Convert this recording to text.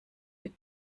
mit